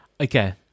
okay